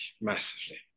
massively